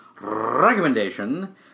recommendation